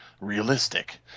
realistic